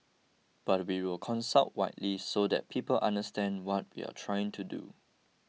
but we will consult widely so that people understand what we're trying to do